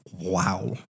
wow